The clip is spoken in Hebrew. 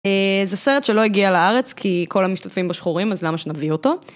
זה סרט שלא הגיע לארץ, כי כל המשתתפים בו שחורים, אז למה שנביא אותו?